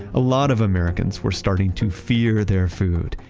a lot of americans were starting to fear their food,